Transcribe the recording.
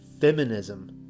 Feminism